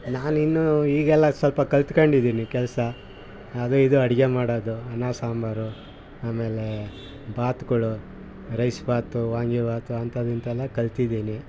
ನಾನಿನ್ನು ಈಗೆಲ್ಲ ಸ್ವಲ್ಪ ಕಲ್ತ್ಕೊಂಡಿದಿನಿ ಕೆಲಸ ಅದು ಇದು ಅಡಿಗೆ ಮಾಡೋದು ಅನ್ನ ಸಾಂಬಾರು ಆಮೇಲೆ ಬಾತುಗಳು ರೈಸ್ ಬಾತು ವಾಂಗಿಬಾತು ಅಂಥದ್ದು ಕಲ್ತಿದ್ದೀನಿ